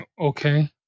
Okay